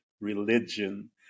religion